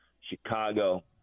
Chicago